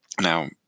Now